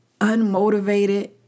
unmotivated